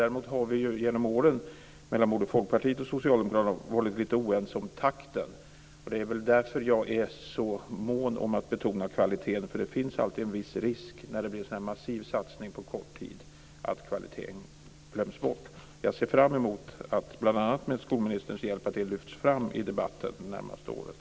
Däremot har Folkpartiet och Socialdemokraterna varit lite oense genom åren om takten. Det är väl därför jag är så mån om att betona kvaliteten. Det finns alltid en viss risk att kvaliteten glöms bort när det blir en massiv satsning på kort tid. Jag ser fram emot att detta lyfts fram i debatten det närmaste året, bl.a. med skolministerns hjälp.